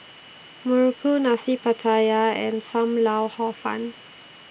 Muruku Nasi Pattaya and SAM Lau Hor Fun